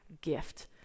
gift